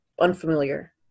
unfamiliar